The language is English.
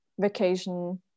vacation